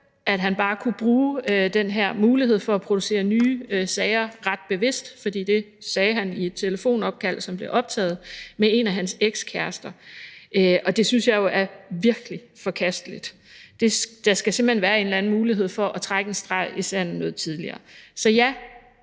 at han bare kunne bruge den her mulighed for at producere nye sager, for det sagde han i et telefonopkald, som blev optaget, til en af hans ekskærester. Det synes jeg er virkelig forkasteligt. Der skal simpelt hen være en eller anden mulighed for at trække en streg i sandet noget tidligere. Så jeg